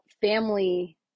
family